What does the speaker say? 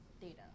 data